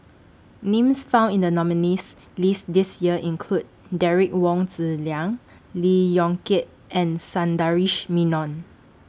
Names found in The nominees' list This Year include Derek Wong Zi Liang Lee Yong Kiat and Sundaresh Menon